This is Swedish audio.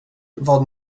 vad